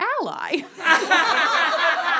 ally